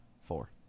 four